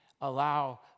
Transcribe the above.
allow